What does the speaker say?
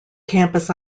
campus